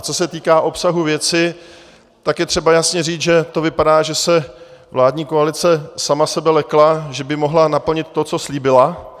Co se týká obsahu věci, tak je třeba jasně říct, že to vypadá, že se vládní koalice sama sebe lekla, že by mohla naplnit to, co slíbila.